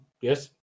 yes